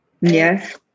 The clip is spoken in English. Yes